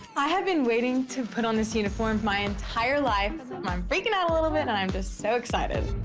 i have been waiting to put on this uniform my entire life. and i'm freaking out a little bit and i am just so excited.